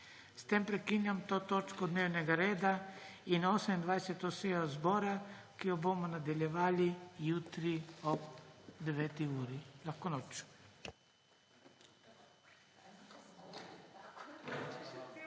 S tem prekinjam to točko dnevnega reda in 28. sejo Državnega zbora, ki jo bomo nadaljevali jutri ob 9. uri. Lahko noč.